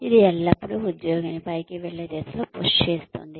ఇది ఎల్లప్పుడూ ఉద్యోగిని పైకి వెళ్లే దిశలో పుష్ చేస్తుంది